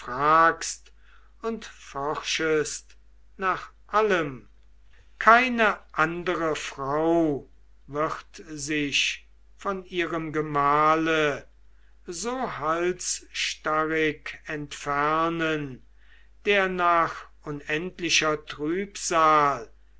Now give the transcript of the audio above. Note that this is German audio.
und forschest nach allem keine andere frau wird sich von ihrem gemahle so halsstarrig entfernen der nach unendlicher trübsal